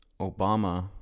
Obama